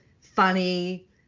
funny